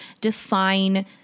define